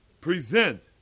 Present